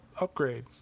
upgrade